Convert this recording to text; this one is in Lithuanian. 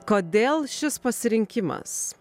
kodėl šis pasirinkimas